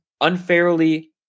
unfairly